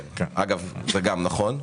זה גם נכון.